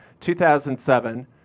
2007